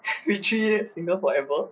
we three single forever